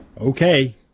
Okay